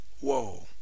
Whoa